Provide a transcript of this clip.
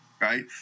right